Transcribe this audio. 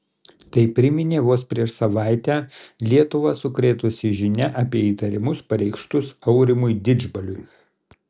tai priminė vos prieš savaitę lietuvą sukrėtusi žinia apie įtarimus pareikštus aurimui didžbaliui